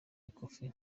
ikofi